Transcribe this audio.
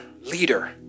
leader